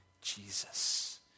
Jesus